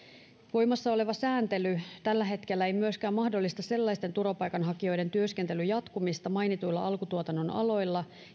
voimassa oleva sääntely tällä hetkellä ei myöskään mahdollista sellaisten turvapaikanhakijoiden jotka saavat täytäntöönpanokelpoisen maastapoistamispäätöksen työskentelyn jatkumista mainituilla alkutuotannon aloilla